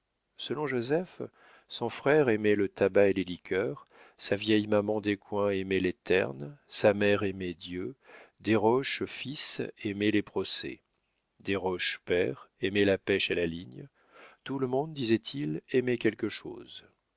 selon joseph son frère aimait le tabac et les liqueurs sa vieille maman descoings aimait les ternes sa mère aimait dieu desroches fils aimait les procès desroches père aimait la pêche à la ligne tout le monde disait-il aimait quelque chose